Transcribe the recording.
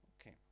Okay